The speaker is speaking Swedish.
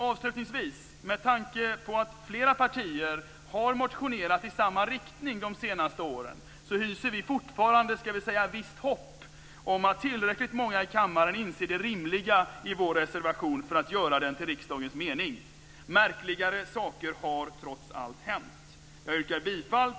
Avslutningsvis: Men tanke på att flera partier har motionerat i samma riktning under de senaste åren hyser vi fortfarande visst hopp om att tillräckligt många i kammaren inser det rimliga i vår reservation och gör den riksdagens mening. Märkligare saker har trots allt hänt.